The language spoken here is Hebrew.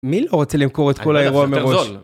מי לא רוצה למכור את כל האירוע מראש? יותר זול